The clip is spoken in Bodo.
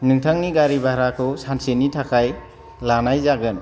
नोंथांनि गारि भाराखौ सानसेनि थाखाय लानाय जागोन